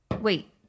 Wait